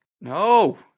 No